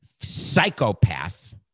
psychopath